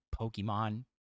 pokemon